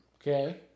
Okay